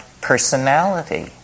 personality